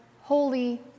holy